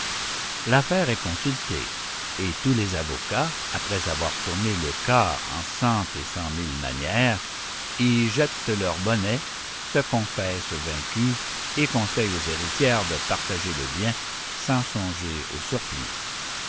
l'affaire est consultée et tous les avocats après avoir tourné le cas en cent et cent mille manières y jettent leur bonnet se confessent vaincus et conseillent aux héritières de partager le bien sans songer au surplus